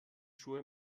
schuhe